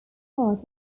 part